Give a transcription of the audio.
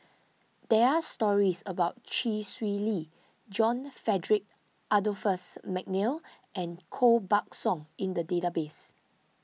there are stories about Chee Swee Lee John Frederick Adolphus McNair and Koh Buck Song in the database